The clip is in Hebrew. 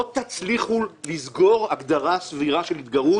לא תצליחו לסגור על הגדרה של התגרות